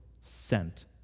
sent